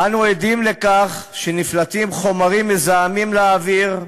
אנו עדים לכך שנפלטים חומרים מזהמים לאוויר.